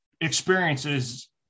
experiences